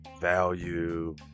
value